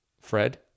Fred